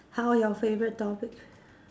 how your favorite topic